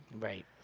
Right